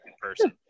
person